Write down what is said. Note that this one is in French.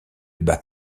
bas